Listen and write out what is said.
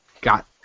got